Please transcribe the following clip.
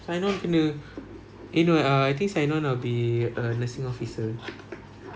sign on kena eh no eh ah I think sign on I will be a nursing officer